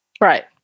Right